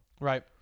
right